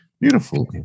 Beautiful